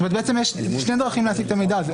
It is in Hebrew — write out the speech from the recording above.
זאת אומרת, יש שתי דרכים להשיג את המידע הזה.